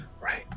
Right